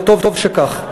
וטוב שכך.